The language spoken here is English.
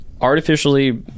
artificially